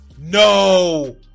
No